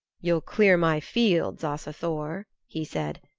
you'll clear my fields, asa thor, he said,